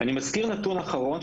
אני מזכיר נתון אחרון,